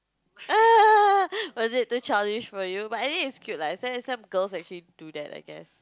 was it too childish for you but it is cute lah that's why some girls actually do that I guess